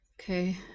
Okay